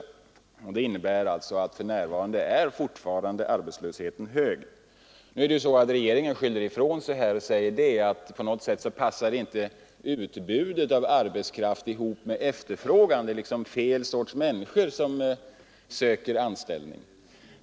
Detta innebär alltså att arbetslösheten fortfarande är hög. Regeringen skyller nu ifrån sig och säger att utbudet av arbetskraft inte passar ihop med efterfrågan. Det är på något sätt fel sorts människor som söker anställning.